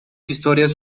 historias